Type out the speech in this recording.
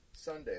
Sunday